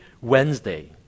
wednesday